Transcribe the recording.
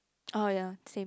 oh yea same